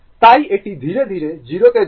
তাই এটি ধীরে ধীরে 0 তে যাচ্ছে